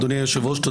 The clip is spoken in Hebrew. אדוני היושב-ראש,